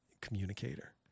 communicator